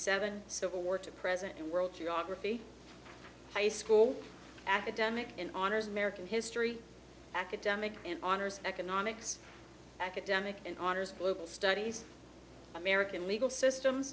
seven civil war to present the world geography high school academic and honors american history academic and honors economics academic and honors studies american legal system